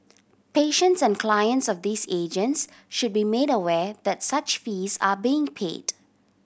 patients and clients of these agents should be made aware that such fees are being paid